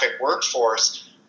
workforce